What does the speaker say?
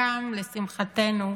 חלקם, לשמחתנו,